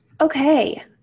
Okay